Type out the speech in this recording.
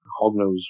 hognose